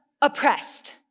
Oppressed